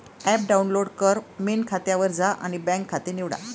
app download कर, main खात्यावर जा आणि बँक खाते निवडा